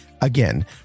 again